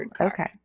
okay